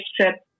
trip